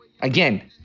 Again